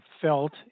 felt